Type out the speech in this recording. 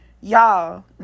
y'all